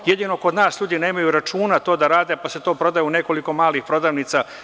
Jedino kod nas ljudi nemaju računa to da rade, pa se to prodaje u nekoliko malih prodavnica.